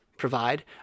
provide